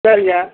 சரிங்க